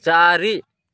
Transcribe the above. ଚାରି